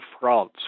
France